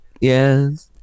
Yes